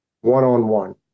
one-on-one